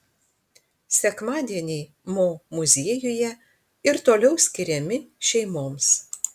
sekmadieniai mo muziejuje ir toliau skiriami šeimoms